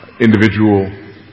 individual